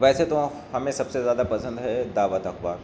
ویسے تو ہمیں سب سے زیادہ پسند ہے دعوت اخبار